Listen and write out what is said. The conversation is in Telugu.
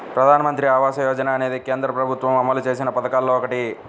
ప్రధానమంత్రి ఆవాస యోజన అనేది కేంద్ర ప్రభుత్వం అమలు చేసిన పథకాల్లో ఒకటి